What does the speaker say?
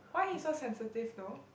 why he so sensitive though